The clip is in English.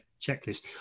checklist